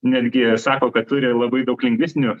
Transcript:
netgi sako kad turi ir labai daug lingvistinių